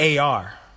ar